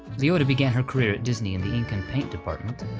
leota began her career at disney in the ink and paint department,